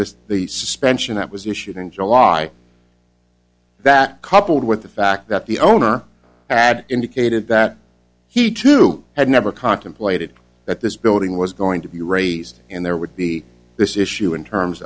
this the suspension that was issued in july that coupled with the fact that the owner had indicated that he too had never contemplated that this building was going to be raised and there would be this issue in terms